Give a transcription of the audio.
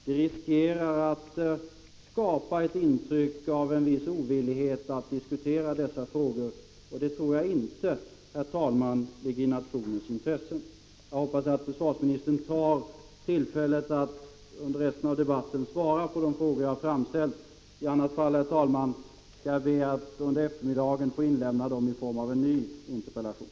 Det riskerar att skapa ett intryck av en viss ovillighet att diskutera dessa frågor, och det tror jag inte ligger i nationens intresse. Jag hoppas att försvarsministern begagnar tillfället att under resten av debatten svara på de frågor jag framställt. I annat fall skall jag, herr talman, be att under eftermiddagen få framföra dem genom att lämna in en ny interpellation.